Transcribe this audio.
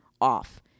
off